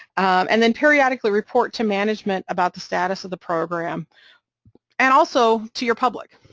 and then periodically report to management about the status of the program and also to your public.